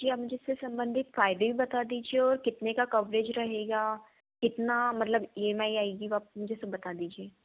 जी आप मुझे इससे सम्बंधित फायदे भी बता दीजिए और कितने का कवरेज रहेगा कितना मतलब ई एम आई आएगी वप मुझे सब बता दीजिए